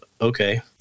Okay